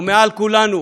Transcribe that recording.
ומעל כולנו,